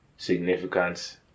significance